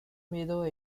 middle